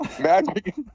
Magic